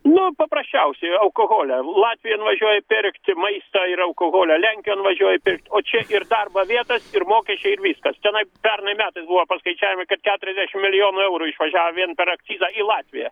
nu paprasčiausiai alkoholio latvijon važiuoja pirkti maistą ir alkoholio lenkijon nuvažiuoja pirkti o čia ir darbo vietas ir mokesčiai ir viskas tenai pernai metais buvo paskaičiavę kad keturiasdešimt milijonų eurų išvažiavo vien per akcizą į latviją